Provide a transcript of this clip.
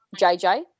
JJ